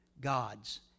God's